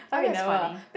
oh that's funny